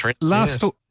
last